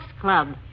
Club